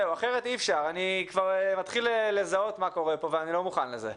כי אני כבר מתחיל לזהות מה קורה פה ואני לא מוכן לזה.